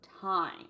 time